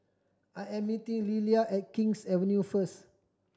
I am meeting Lelia at King's Avenue first